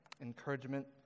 encouragement